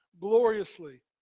gloriously